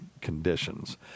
conditions